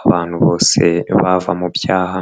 abantu bose bava mu byaha.